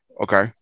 okay